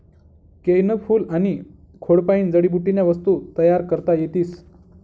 केयनं फूल आनी खोडपायीन जडीबुटीन्या वस्तू तयार करता येतीस